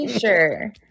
sure